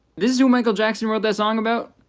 this is who michael jackson wrote that song about?